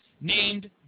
named